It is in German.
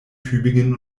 tübingen